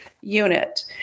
unit